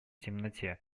темноте